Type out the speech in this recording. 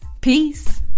Peace